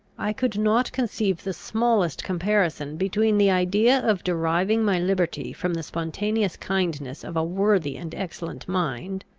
i could not conceive the smallest comparison between the idea of deriving my liberty from the spontaneous kindness of a worthy and excellent mind,